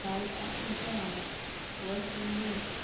South Africa West Indies